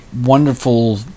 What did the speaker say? wonderful